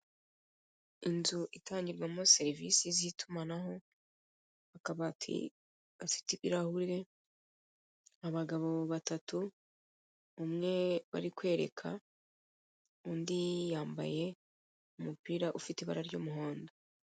Inzu itangirwamo serivise z'itumanaho akabati gafite ibirahure, abagab batatu, umwe bari kwereka undi yambaye umupira ufite ibara ry'umuhondo.